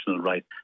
right